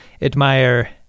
admire